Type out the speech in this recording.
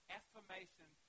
affirmation